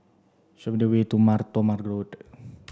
show me the way to Mar Thoma Road